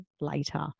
later